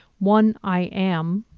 one i am.